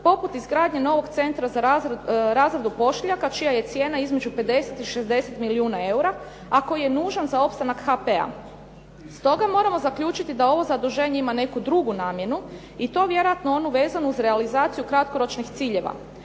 poput izgradnje novog centra za razradu pošiljaka čija je cijena između 50 i 60 milijuna eura a koji je nužan za opstanak HP-a. Stoga moramo zaključiti da ovo zaduženje ima neku drugu namjenu i to vjerojatno onu vezanu uz realizaciju kratkoročnih ciljeva.